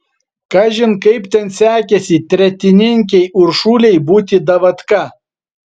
kažin kaip ten sekėsi tretininkei uršulei būti davatka